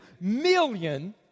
million